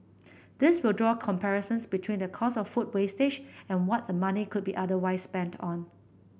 these will draw comparisons between the cost of food wastage and what the money could be otherwise spent on